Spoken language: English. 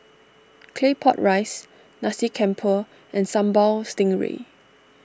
Claypot Rice Nasi Campur and Sambal Stingray